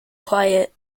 quiet